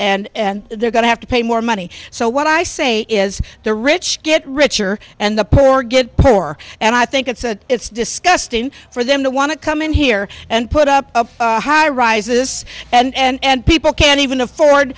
and they're going to have to pay more money so what i say is the rich get richer and the poor get poorer and i think it's a it's disgusting for them to want to come in here and put up high rises and people can't even afford